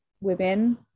women